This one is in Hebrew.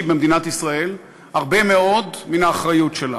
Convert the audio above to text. במדינת ישראל הרבה מאוד מהאחריות שלה,